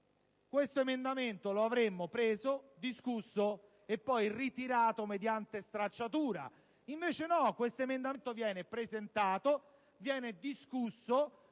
questo emendamento lo avremmo visionato, discusso e poi ritirato mediante stracciatura. Invece no! Questo emendamento viene presentato, viene discusso,